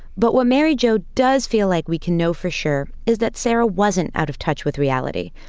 but what mary jo does feel like we can know for sure, is that sarah wasn't out of touch with reality.